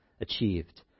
achieved